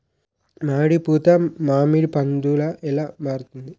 మామిడి పూత మామిడి పందుల ఎలా మారుతుంది?